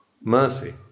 mercy